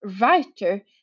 writer